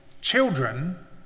children